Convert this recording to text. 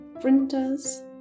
printers